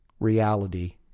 reality